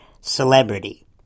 celebrity